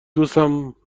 دوستم